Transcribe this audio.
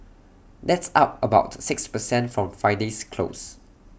that's up about six per cent from Friday's close